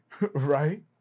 Right